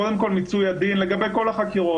קודם כל מיצוי הדין לגבי כל החקירות,